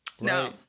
No